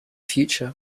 future